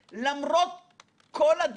שצריך שייאמר,